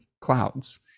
clouds